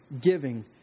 giving